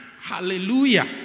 Hallelujah